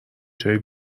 جایی